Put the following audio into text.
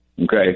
Okay